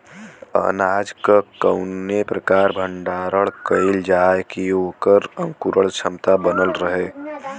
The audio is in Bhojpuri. अनाज क कवने प्रकार भण्डारण कइल जाय कि वोकर अंकुरण क्षमता बनल रहे?